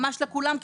ממש לכולם,